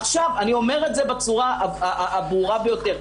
עכשיו אני אומר את זה בצורה הברורה ביותר.